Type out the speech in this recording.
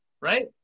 Right